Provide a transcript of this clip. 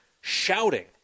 shouting